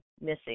missing